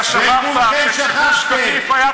אתה שכחת שכשגוש קטיף היה קיים,